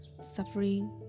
suffering